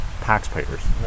taxpayers